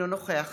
אינו נוכח